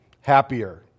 happier